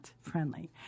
friendly